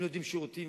אם נותנים שירותים,